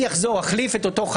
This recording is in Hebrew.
אמשיך לעשות מאמצים להכניס אותם בין